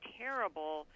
terrible